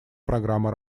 программа